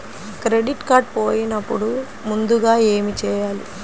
Credit card పోయినపుడు ముందుగా ఏమి చేయాలి?